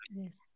Yes